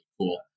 cool